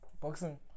boxing